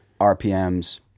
RPMs